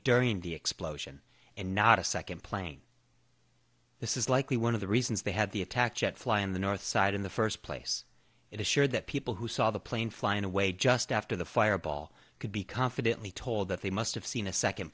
during the explosion and not a second plane this is likely one of the reasons they had the attack jet fly on the north side in the first place it is sure that people who saw the plane flying away just after the fireball could be confidently told that they must have seen a second